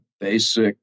basic